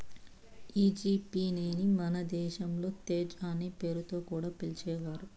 ఈ G pay ని మన దేశంలో తేజ్ అనే పేరుతో కూడా పిలిచేవారు